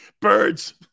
birds